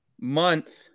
month